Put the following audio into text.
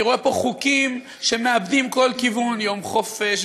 אני רואה פה חוקים שמאבדים כל כיוון: יום חופש,